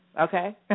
okay